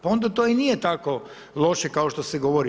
Pa onda to i nije tako loše kao što se govori.